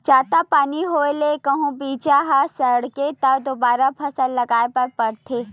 जादा पानी होए ले कहूं बीजा ह सरगे त दोबारा फसल लगाए बर परथे